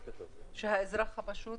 שהאזרח הפשוט